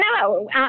No